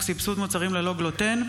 מוצרים ללא גלוטן,